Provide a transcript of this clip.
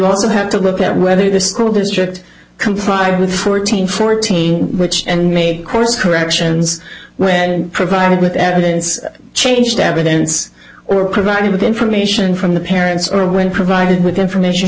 also have to look at whether the school district complied with fourteen fourteen which and make course corrections when provided with evidence changed evidence or provided information from the parents or when provided with information